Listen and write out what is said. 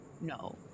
no